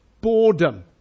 Boredom